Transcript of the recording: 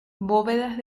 bóvedas